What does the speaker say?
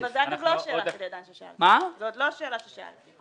זה עוד לא השאלה ששאלתי.